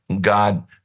God